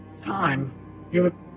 time